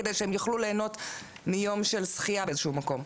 כדי שהם יוכלו להנות מיום של שחייה באיזה שהוא מקום,